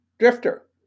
drifter